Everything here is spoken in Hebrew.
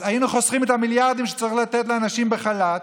אז היינו חוסכים את המיליארדים שצריך לתת לאנשים בחל"ת,